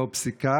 בתור פסיקה